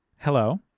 Hello